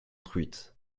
truites